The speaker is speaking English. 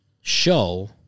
show